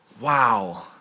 wow